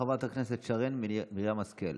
חברת הכנסת שרן מרים השכל,